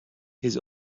his